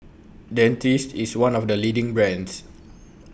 Dentiste IS one of The leading brands